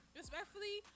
respectfully